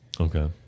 Okay